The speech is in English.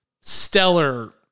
stellar